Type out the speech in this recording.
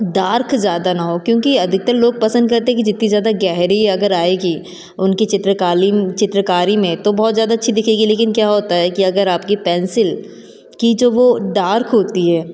dark ज़्यादा ना हो क्योंकि अधिकतर लोग पसंद करते हैं कि जितनी ज़्यादा गहरी अगर आएगी उनकी चित्रकारी में तो बहुत ज़्यादा अच्छी दिखेगी लेकिन क्या होता है कि अगर आपकी पेंसिल कि जो वो डार्क होती है